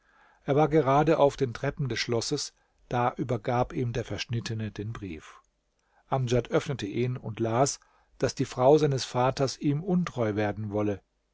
er war gerade auf den treppen des schlosses da übergab ihm der verschnittene den brief amdjad öffnete ihn und las daß die frau seines vaters ihm untreu werden wolle